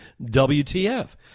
WTF